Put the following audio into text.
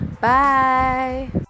Bye